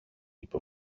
είπε